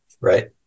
Right